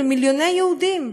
של מיליוני יהודים,